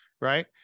Right